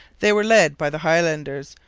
they were led by the highlanders,